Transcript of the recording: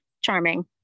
charming